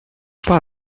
pas